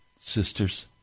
sisters